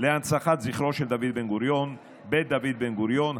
להנצחת זכרו של דוד בן-גוריון: בית דוד בן-גוריון,